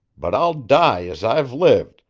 but i'll die as i've lived,